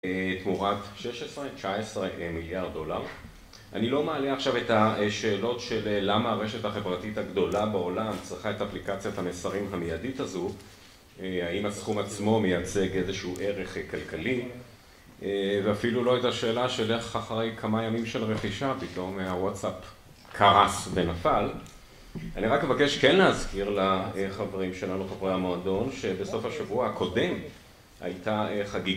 תמורת 16-19 מיליארד דולר. אני לא מעלה עכשיו את השאלות של למה הרשת החברתית הגדולה בעולם צריכה את אפליקציית המסרים המיידית הזו, האם הסכום עצמו מייצג איזשהו ערך כלכלי, ואפילו לא את השאלה של איך אחרי כמה ימים של רכישה, פתאום הוואטסאפ קרס ונפל. אני רק מבקש כן להזכיר לחברים שלנו, חברי המועדון, שבסוף השבוע הקודם, הייתה חגיגת.